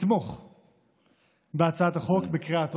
שנתמוך בהצעת החוק בקריאה טרומית,